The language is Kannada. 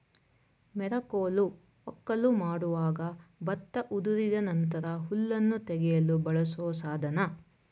ಮೆರಕೋಲು ವಕ್ಕಲು ಮಾಡುವಾಗ ಭತ್ತ ಉದುರಿದ ನಂತರ ಹುಲ್ಲನ್ನು ತೆಗೆಯಲು ಬಳಸೋ ಸಾಧನ